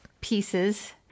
pieces